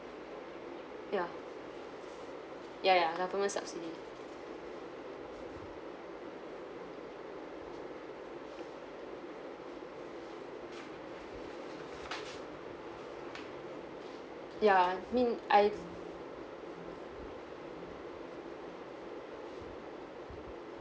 ya ya ya government subsidy ya mean I